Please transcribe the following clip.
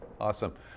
Awesome